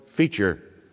feature